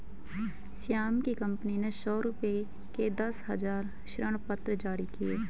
श्याम की कंपनी ने सौ रुपये के दस हजार ऋणपत्र जारी किए